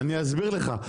אדוני, אני אסביר לך.